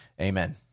Amen